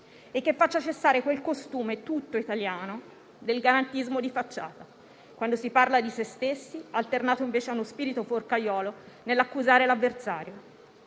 e che faccia cessare quel costume tutto italiano del garantismo di facciata quando si parla di se stessi, alternato invece a uno spirito forcaiolo nell'accusare l'avversario,